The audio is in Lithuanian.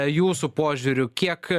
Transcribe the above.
jūsų požiūriu kiek